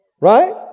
Right